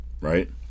right